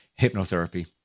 hypnotherapy